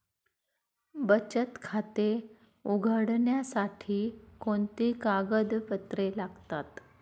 बचत खाते उघडण्यासाठी कोणती कागदपत्रे लागतात?